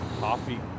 Coffee